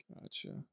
Gotcha